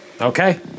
okay